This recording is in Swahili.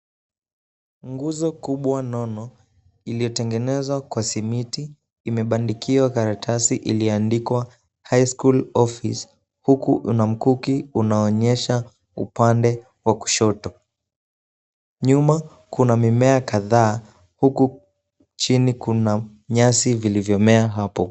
Nguzo kubwa nono, iliyotengenezwa kwa simiti, imebandikiwa karatasi iliyoandikwa High school Office, huku kuna mkuki unao onyesha upande wa kushoto. Nyuma kuna mimea kadhaa huku chini kuna nyasi zilizomea hapo.